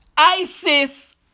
ISIS